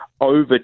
over